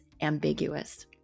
ambiguous